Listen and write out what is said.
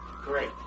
Great